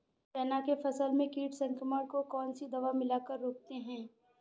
चना के फसल में कीट संक्रमण को कौन सी दवा मिला कर रोकते हैं?